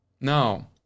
Now